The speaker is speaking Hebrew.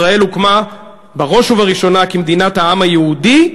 ישראל הוקמה בראש ובראשונה כמדינת העם היהודי,